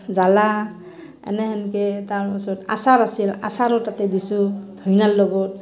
জ্বালা এনেহেনকৈ তাৰপিছত আচাৰ আছিল আচাৰো তাতে দিছোঁ ধইনাৰ লগত